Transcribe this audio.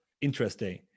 interesting